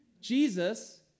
Jesus